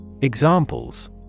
examples